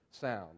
sound